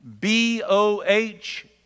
B-O-H